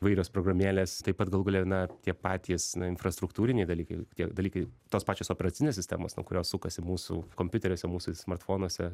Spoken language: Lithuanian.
įvairios programėlės taip pat galų gale na tie patys na infrastruktūriniai dalykai tie dalykai tos pačios operacinės sistemos na kurios sukasi mūsų kompiuteriuose mūsų smartfonuose